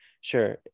Sure